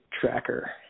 tracker